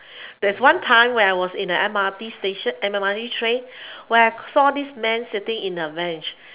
there's one time when I was in a M_R_T station M_R_T train when I saw this man sitting in a bench